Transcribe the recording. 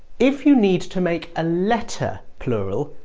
if you need to make a letter plural,